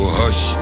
hush